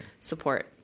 support